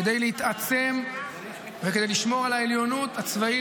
כדי להתעצם וכדי לשמור על העליונות הצבאית